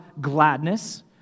gladness